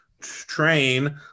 train